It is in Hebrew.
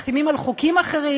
מחתימים על חוקים אחרים,